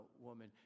woman